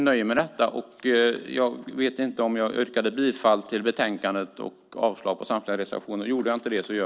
Med detta yrkar jag bifall till förslaget i betänkandet och avslag på samtliga reservationer.